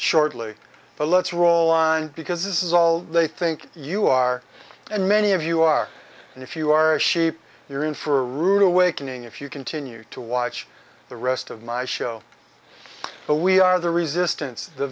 shortly but let's roll on because this is all they think you are and many of you are and if you are a sheep you're in for a rude awakening if you continue to watch the rest of my show but we are the resistance the